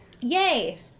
Yay